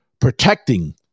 protecting